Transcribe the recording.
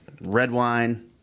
Redwine